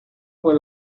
por